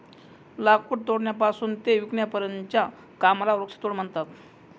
लाकूड तोडण्यापासून ते विकण्यापर्यंतच्या कामाला वृक्षतोड म्हणतात